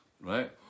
right